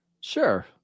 Sure